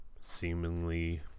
seemingly